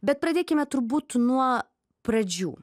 bet pradėkime turbūt nuo pradžių